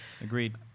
Agreed